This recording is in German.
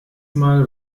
mal